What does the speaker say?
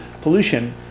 pollution